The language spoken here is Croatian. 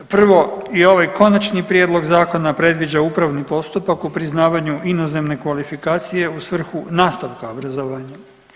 Prvo i ovaj Konačni prijedlog zakona predviđa upravni postupak u priznavanju inozemne kvalifikacije u svrhu nastavka obrazovanja.